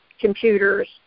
computers